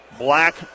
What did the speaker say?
Black